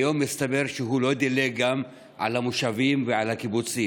היום הסתבר שהוא לא דילג גם על המושבים והקיבוצים.